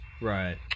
Right